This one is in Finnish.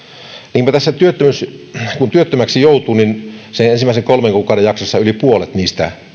niinpä kun työttömäksi joutuu siinä ensimmäisten kolmen kuukauden jaksossa yli puolet niistä